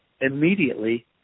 immediately